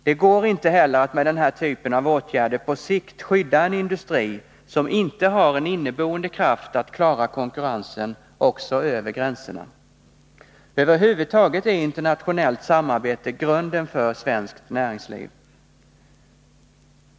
Det går inte heller att med den här typen av åtgärder på sikt skydda en industri som inte har en inneboende kraft att klara konkurrensen också över gränserna. Över huvud taget är internationellt samarbete grunden för ett svenskt näringsliv.